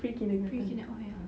pre K oh ya